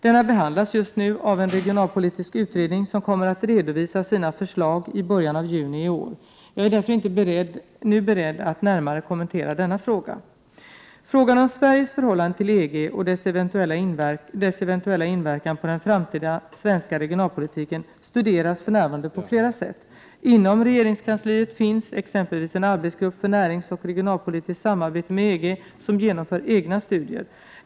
Denna behandlas just nu av en regionalpolitisk utredning som kommer att redovisa sina förslag i början av juni i år. Jag är därför inte nu beredd att närmare kommentera denna fråga. Frågan om Sveriges förhållande till EG och dess eventuella inverkan på den framtida svenska regionalpolitiken studeras för närvarande på flera sätt. Inom regeringskansliet finns exempelvis en arbetsgrupp för näringsoch regionalpolitiskt samarbete med EG som genomför egna studier.